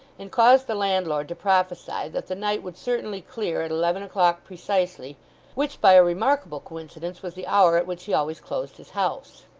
and caused the landlord to prophesy that the night would certainly clear at eleven o'clock precisely which by a remarkable coincidence was the hour at which he always closed his house.